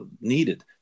needed